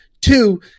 two